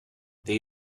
they